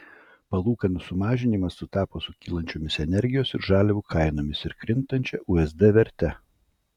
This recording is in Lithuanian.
palūkanų sumažinimas sutapo su kylančiomis energijos ir žaliavų kainomis ir krintančia usd verte